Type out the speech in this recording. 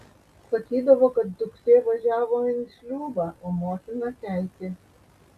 sakydavo kad duktė važiavo in šliūbą o motina keikė